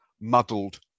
muddled